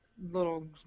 little